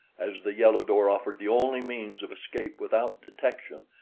as the yellow door offered the only means of escape without detection,